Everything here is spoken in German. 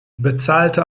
bezahlte